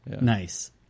Nice